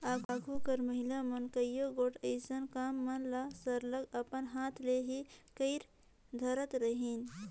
आघु कर महिला मन कइयो गोट अइसन काम मन ल सरलग अपन हाथ ले ही कइर धारत रहिन